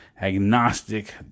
agnostic